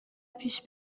پیش